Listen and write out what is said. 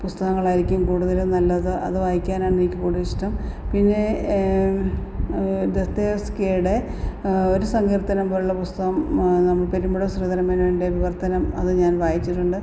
പുസ്തകങ്ങളായിരിക്കും കൂടുതലും നല്ലത് അത് വായിക്കാനാണ് എനിക്ക് കൂടുതലിഷ്ടം പിന്നെ ദൊസ്തോവസ്ക്യയുടെ ഒരു സങ്കീർത്തനം പോലുള്ള പുസ്തകം നം പെരുമ്പട ശ്രീധരമേനോൻ്റെ വിവർത്തനം അത് ഞാൻ വായിച്ചിട്ടുണ്ട്